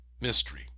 mystery